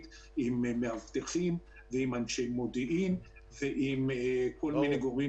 עם מאבטחים ועם אנשי מודיעין וכן הלאה.